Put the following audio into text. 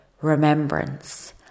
remembrance